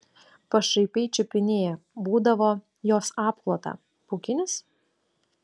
pašaipiai čiupinėja būdavo jos apklotą pūkinis